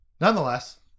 Nonetheless